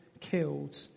killed